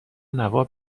نوار